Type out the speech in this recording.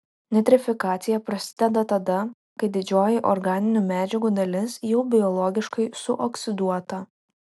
nitrifikacija prasideda tada kai didžioji organinių medžiagų dalis jau biologiškai suoksiduota